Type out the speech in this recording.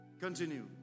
Continue